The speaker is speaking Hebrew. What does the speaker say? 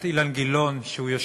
עשר דקות.